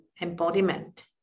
embodiment